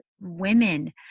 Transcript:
women